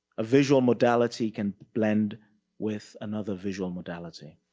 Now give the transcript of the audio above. a visual modality can blend with another visual modality.